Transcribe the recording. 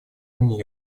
имени